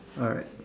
alright